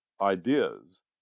ideas